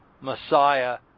Messiah